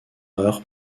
heure